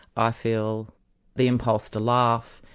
i feel the impulse to laugh,